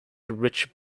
rich